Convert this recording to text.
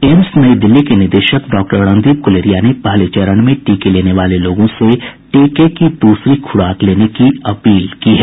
AIIMS New Delhi के निदेशक doctor Randeep Guleria ने पहले चरण में टीके लेने वाले लोगों से टीके की दूसरी खुराक लेने की अपील की है